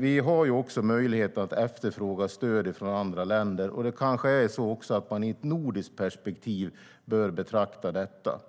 Vi har också möjlighet att efterfråga stöd från andra länder, och det kanske är så att man i ett nordiskt perspektiv bör betrakta detta.